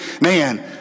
man